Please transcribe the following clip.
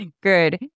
Good